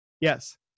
Yes